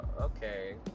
okay